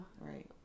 Right